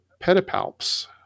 pedipalps